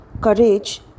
courage